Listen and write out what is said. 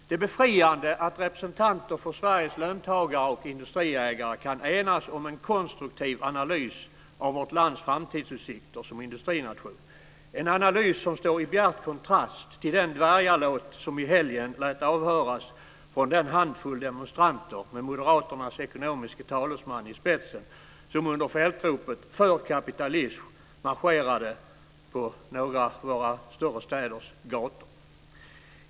Det är befriande att representanter för Sveriges löntagare och industriägare kan enas om en konstruktiv analys av vårt lands framtidsutsikter som industrination, en analys som står i bjärt kontrast till den dvärgalåt som i helgen lät avhöras från den handfull demonstranter, med moderaternas ekonomiske talesman i spetsen, som under fältropet "för kapitalism" marscherade på några av våra större städers gator.